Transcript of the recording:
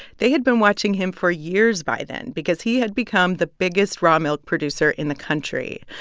they had been watching him for years by then because he had become the biggest raw milk producer in the country.